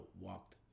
walked